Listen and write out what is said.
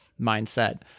mindset